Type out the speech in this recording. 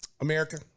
America